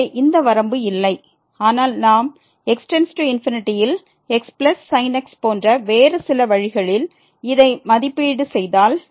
எனவே இந்த வரம்பு இல்லை ஆனால் நாம் x→∞ ல் xsin x போன்ற வேறு சில வழிகளில் இதை மதிப்பீடு செய்தால்